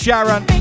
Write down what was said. Sharon